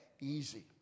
easy